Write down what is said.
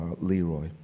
Leroy